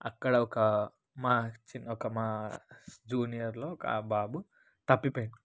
అక్కడ ఒక మా చి ఒక మా జూనియర్లో ఒక బాబు తప్పిపోయిండు